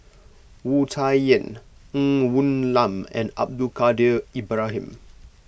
Wu Tsai Yen Ng Woon Lam and Abdul Kadir Ibrahim